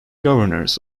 governors